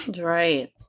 Right